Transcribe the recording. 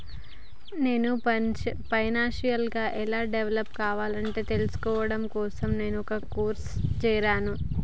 నేను ఫైనాన్షియల్ గా ఎలా డెవలప్ కావాలో తెల్సుకోడం కోసం ఒక కోర్సులో జేరాను